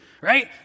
right